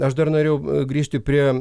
aš dar norėjau grįžti prie